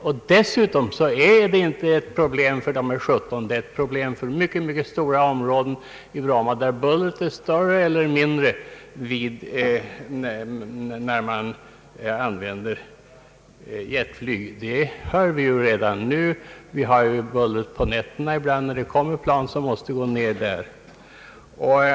Bullret är störande inte bara för invånarna i dessa 17 hus utan för mycket stora områden i Bromma, där bullret från jetflyget är mer eller mindre besvärande. Ännu har vi jetbuller ibland under nätter, när plan måste gå ner på brommafältet.